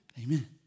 Amen